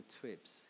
trips